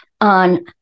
on